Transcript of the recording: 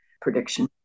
prediction